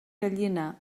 gallina